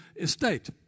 estate